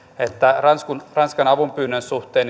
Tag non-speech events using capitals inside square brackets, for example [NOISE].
että ranskan ranskan avunpyynnön suhteen [UNINTELLIGIBLE]